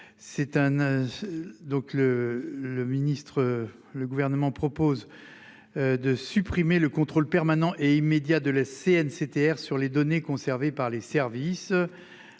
le gouvernement propose. De supprimer le contrôle permanent et immédiat de la CNCTR sur les données conservées par les services.